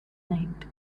night